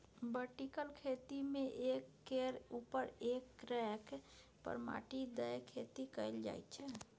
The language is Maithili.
बर्टिकल खेती मे एक केर उपर एक रैक पर माटि दए खेती कएल जाइत छै